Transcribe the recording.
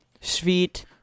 Sweet